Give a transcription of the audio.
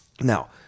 Now